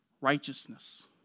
righteousness